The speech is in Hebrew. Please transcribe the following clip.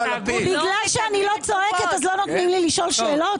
בגלל שאני לא צועקת אז לא נותנים לי לשאול שאלות?